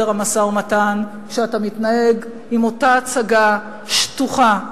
המשא-ומתן כשאתה מתנהג באותה הצגה שטוחה,